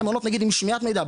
למלא נגיד עם שמיעת מידע.